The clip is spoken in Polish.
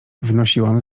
wnosiłam